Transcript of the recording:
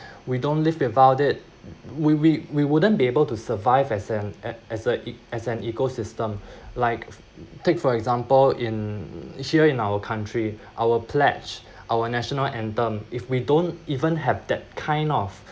we don't live without it we we we wouldn't be able to survive as an art as a as an ecosystem like take for example in here in our country our pledge our national anthem if we don't even have that kind of